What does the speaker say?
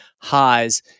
highs